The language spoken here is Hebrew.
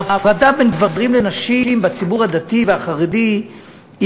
ההפרדה בין גברים לנשים בציבור הדתי והחרדי היא